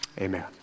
Amen